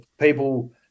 people